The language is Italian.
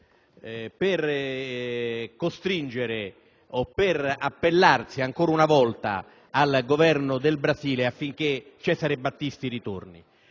«Il Tempo» per appellarsi ancora una volta al Governo del Brasile affinché Cesare Battisti ritorni.